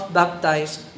baptized